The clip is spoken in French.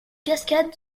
cascade